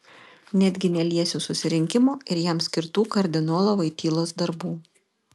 netgi neliesiu susirinkimo ir jam skirtų kardinolo voitylos darbų